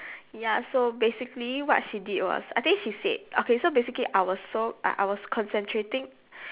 ya so basically what she did was I think she said okay so basically I was so like I was concentrating